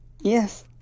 Yes